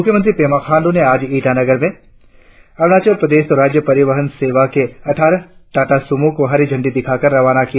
मुख्यमंत्री पेमा खाण्डू ने आज ईटानगर से अरुणाचल प्रदेश राज्य परिवहन सेवा के अट्ठारह टाटा सुमो को हरि झंडी दिखाकर रवाना किया